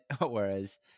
Whereas